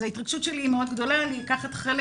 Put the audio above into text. אז ההתרגשות שלי מאוד גדולה לקחת חלק